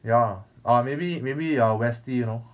ya uh maybe maybe you are westie you know